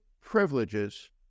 privileges